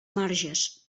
marges